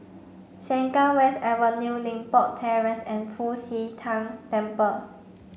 Sengkang West Avenue Limbok Terrace and Fu Xi Tang Temple